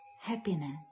happiness